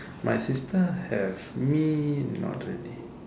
my sister have me not really